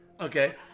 Okay